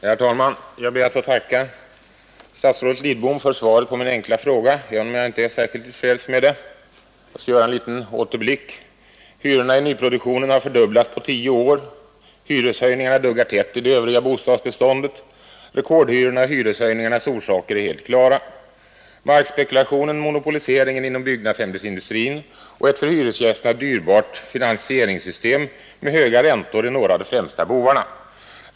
Herr talman! Jag ber att få tacka statsrådet Lidbom för svaret på min enkla fråga, även om jag inte är särskilt tillfredsställd med det. Jag skall här göra en liten återblick. Hyrorna i nyproduktionen har fördubblats på tio år, och hyreshöjningarna duggar tätt i det övriga bostadsbeståndet. Rekordhyrornas och hyreshöjningarnas orsaker är helt klara. Markspekulationen, monopoliseringen inom byggnadsämnesindustrin och ett för hyresgästerna dyrbart finansieringssystem med höga räntor är några av de främsta bovarna.